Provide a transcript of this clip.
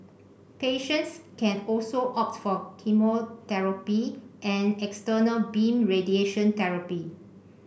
patients can also opt for chemotherapy and external beam radiation therapy